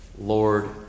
Lord